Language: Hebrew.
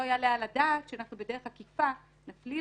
לא יעלה על הדעת שאנחנו בדרך עקיפה נפליל